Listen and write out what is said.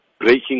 breaking